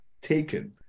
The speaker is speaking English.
taken